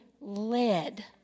led